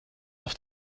auf